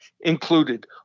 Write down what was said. included